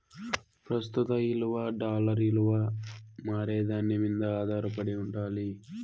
ప్రస్తుత ఇలువ డాలర్ ఇలువ మారేదాని మింద ఆదారపడి ఉండాలి